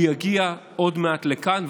הוא יגיע עוד מעט לכאן,